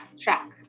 track